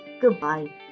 goodbye